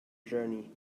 journey